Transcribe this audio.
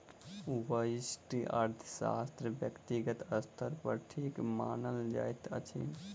व्यष्टि अर्थशास्त्र व्यक्तिगत स्तर पर ठीक मानल जाइत अछि